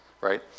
right